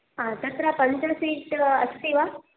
आ तत्र पञ्च सीट् अस्ति वा